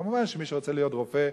כמובן שמי שרוצה להיות רופא,